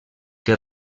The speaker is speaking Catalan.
que